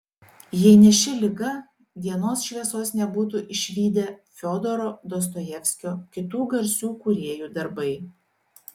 jei ne ši liga dienos šviesos nebūtų išvydę fiodoro dostojevskio kitų garsių kūrėjų darbai